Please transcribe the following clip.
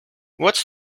what’s